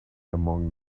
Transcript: among